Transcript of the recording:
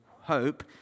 hope